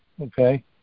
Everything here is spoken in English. okay